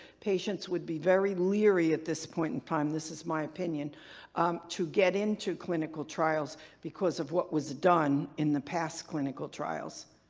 patients would be very leery at this point in time this is my opinion to get into clinical trials because of what was done in the past clinical trials.